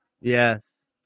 Yes